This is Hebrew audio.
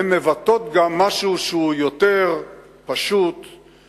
הן מבטאות גם משהו שהוא פשוט יותר,